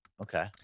Okay